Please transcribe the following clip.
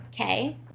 okay